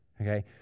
okay